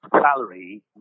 salary